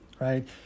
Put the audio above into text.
right